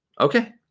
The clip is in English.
okay